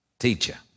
teacher